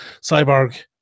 cyborg